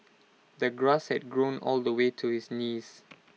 the grass had grown all the way to his knees